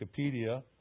Wikipedia